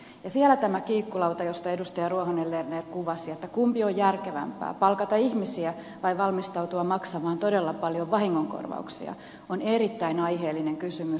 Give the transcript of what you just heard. siellä tämä kiikkulauta jota edustaja ruohonen lerner kuvasi kysymällä kumpi on järkevämpää palkata ihmisiä vai valmistautua maksamaan todella paljon vahingonkorvauksia on erittäin aiheellinen kysymys